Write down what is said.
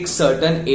certain